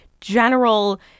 general